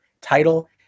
title